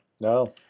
No